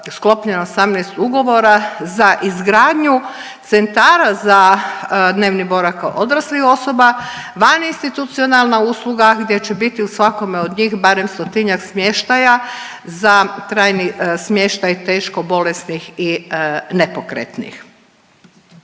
sklopljeno 18 ugovora za izgradnju centara za dnevni boravak odraslih osoba, vaninstitucionalna usluga gdje će biti u svakome od njih barem stotinjak smještaja za trajni smještaj teško bolesnih i nepokretnih.